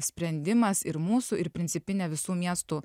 sprendimas ir mūsų ir principinė visų miestų